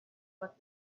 what